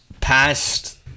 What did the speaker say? past